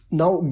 now